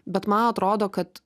bet man atrodo kad